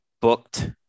booked